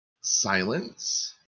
silence